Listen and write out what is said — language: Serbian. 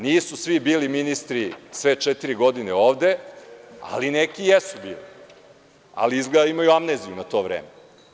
Nisu svi ministri bili sve četiri godine ovde, ali neki jesu bili, ali izgleda imaju amneziju na to vreme.